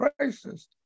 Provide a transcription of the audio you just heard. crisis